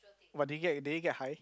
but did it get did they get high